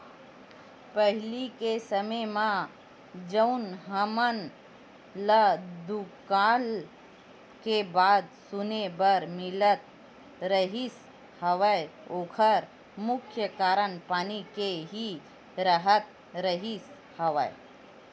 पहिली के समे म जउन हमन ल दुकाल के बात सुने बर मिलत रिहिस हवय ओखर मुख्य कारन पानी के ही राहत रिहिस हवय